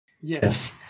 Yes